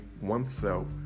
oneself